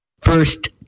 first